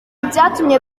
byatumye